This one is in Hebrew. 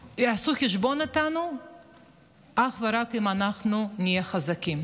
הם יעשו לנו חשבון אך ורק אם אנחנו נהיה חזקים